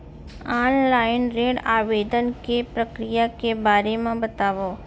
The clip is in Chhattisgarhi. ऑनलाइन ऋण आवेदन के प्रक्रिया के बारे म बतावव?